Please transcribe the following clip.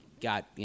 got